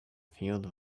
field